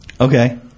Okay